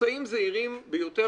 מוצאים זעירים ביותר,